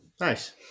Nice